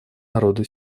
народу